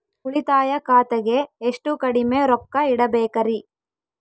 ಉಳಿತಾಯ ಖಾತೆಗೆ ಎಷ್ಟು ಕಡಿಮೆ ರೊಕ್ಕ ಇಡಬೇಕರಿ?